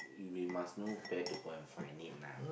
we must know where to go and find it lah